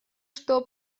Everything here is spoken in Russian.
что